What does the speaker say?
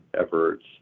efforts